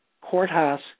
courthouse